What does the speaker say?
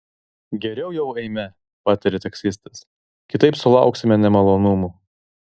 geriau jau eime patarė taksistas kitaip sulauksime nemalonumų